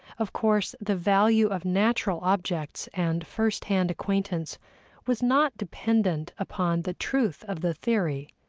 of course, the value of natural objects and firsthand acquaintance was not dependent upon the truth of the theory.